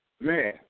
Man